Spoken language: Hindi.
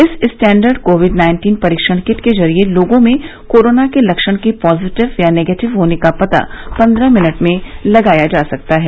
इस स्टैंडर्ड कोविड नाइन्टीन परीक्षण किट के जरिये लोगों में कोरोना के लक्षण के पॉजिटिव या निगेटिव होने का पता पन्द्रह मिनट में लगाया जा सकता है